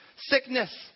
sickness